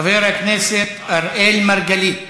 חבר הכנסת אראל מרגלית,